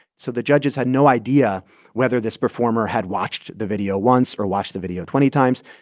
so the judges had no idea whether this performer had watched the video once or watched the video twenty times.